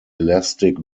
elastic